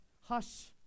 hush